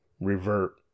revert